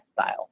style